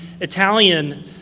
Italian